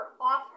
off